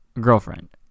girlfriend